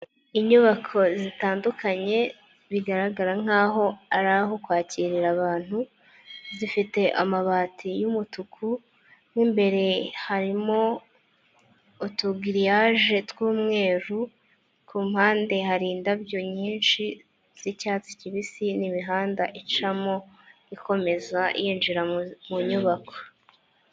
Inyubako zitandukanye bigaragara nk'aho ari aho kwakirira abantu, zifite amabati y'umutuku, mo imbere harimo utugiriyage tw'umweru, ku mpande hari indabyo nyinshi z'icyatsi kibisi n'imihanda icamo ikomeza yinjira mu nyubako.